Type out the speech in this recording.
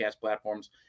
platforms